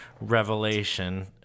revelation